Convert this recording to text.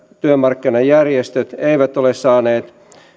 työmarkkinajärjestöt eivät ole saaneet